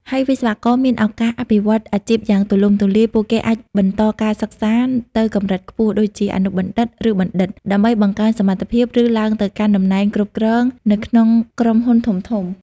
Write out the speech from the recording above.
ហើយវិស្វករមាន ឱកាសអភិវឌ្ឍន៍អាជីពយ៉ាងទូលំទូលាយ ពួកគេអាចបន្តការសិក្សាទៅកម្រិតខ្ពស់ ដូចជាអនុបណ្ឌិត ឬបណ្ឌិត ដើម្បីបង្កើនសមត្ថភាព ឬឡើងទៅកាន់តំណែងគ្រប់គ្រងនៅក្នុងក្រុមហ៊ុនធំៗ។